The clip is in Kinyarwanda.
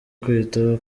kwita